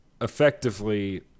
effectively